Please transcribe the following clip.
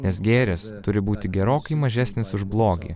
nes gėris turi būti gerokai mažesnis už blogį